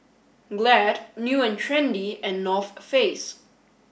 Glad New and Trendy and North Face